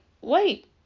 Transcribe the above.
wait